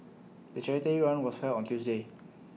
the charity run was held on A Tuesday